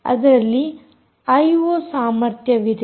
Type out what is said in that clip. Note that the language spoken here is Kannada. ಅದರಲ್ಲಿ ಐಓ ಸಾಮರ್ಥ್ಯವಿದೆ